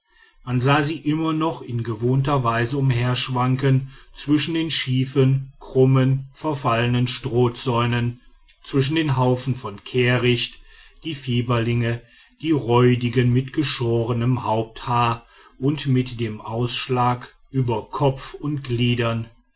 man sah sie immer noch in gewohnter weise umherschwanken zwischen den schiefen krummen verfallenen strohzäunen zwischen den haufen von kehricht die fieberlinge die räudigen mit geschorenem haupthaar und mit dem ausschlag über kopf und gliedern